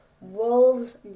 Wolves